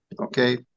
okay